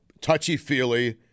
touchy-feely